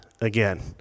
again